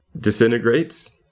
disintegrates